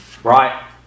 Right